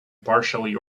partially